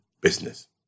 business